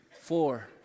four